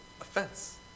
offense